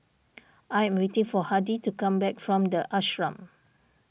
I am waiting for Hardy to come back from the Ashram